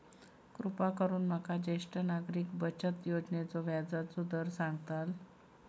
कृपा करून माका ज्येष्ठ नागरिक बचत योजनेचो व्याजचो दर सांगताल